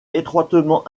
étroitement